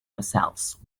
ourselves